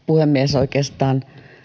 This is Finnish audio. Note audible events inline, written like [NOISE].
[UNINTELLIGIBLE] puhemies oikeastaan